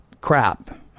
crap